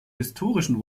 historischen